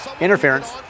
Interference